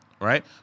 right